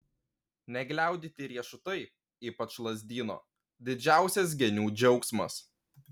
negliaudyti riešutai ypač lazdyno didžiausias genių džiaugsmas